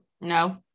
No